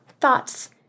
thoughts